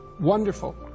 wonderful